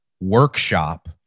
workshop